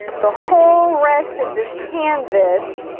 the whole rest of this canvas